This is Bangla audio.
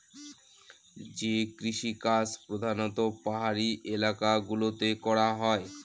যে কৃষিকাজ প্রধানত পাহাড়ি এলাকা গুলোতে করা হয়